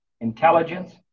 intelligence